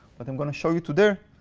but i'm going to show you to there,